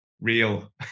real